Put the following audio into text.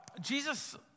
Jesus